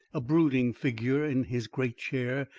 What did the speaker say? a brooding figure in his great chair,